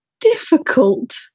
difficult